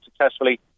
successfully